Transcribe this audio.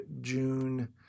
June